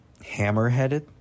Hammerheaded